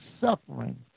suffering